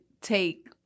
Take